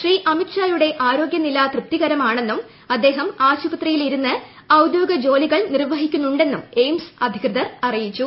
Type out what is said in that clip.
ശ്രീ അമിത് ഷായുടെ ആരോഗ്യനില തൃപ്തി കരമാണെന്നും അദ്ദേഹം ആശുപത്രിയിലിരുന്ന് ഔദ്യോഗിക ജോലികൾ നിർവഹിക്കുന്നുണ്ടെന്നുംഎയിംസ് അധികൃതർ അറി യിച്ചു